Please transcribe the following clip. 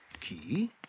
Key